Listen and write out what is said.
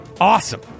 Awesome